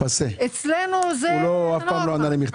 אצלנו זה נורמה.